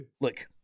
Look